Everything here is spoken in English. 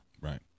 Right